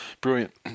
brilliant